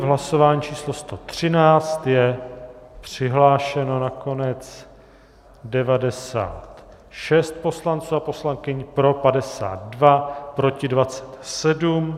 V hlasování číslo 113 je přihlášeno nakonec 96 poslanců a poslankyň, pro 52, proti 27.